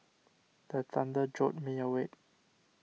the thunder jolt me awake